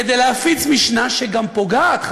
כדי להפיץ משנה שגם פוגעת.